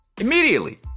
Immediately